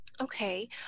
Okay